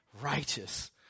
righteous